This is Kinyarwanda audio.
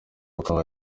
uko